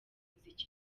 muzika